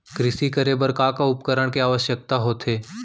कृषि करे बर का का उपकरण के आवश्यकता होथे?